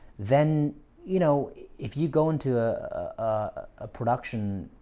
then you know if you go into a ah production